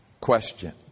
question